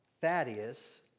Thaddeus